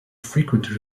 frequent